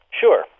Sure